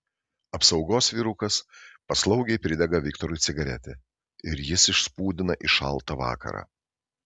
apsaugos vyrukas paslaugiai pridega viktorui cigaretę ir jis išspūdina į šaltą vakarą